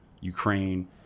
Ukraine